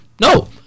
no